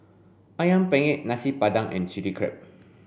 ayam penyet nasi padang and chili crab